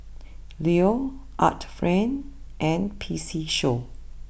Leo Art Friend and P C show